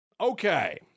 Okay